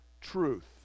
truth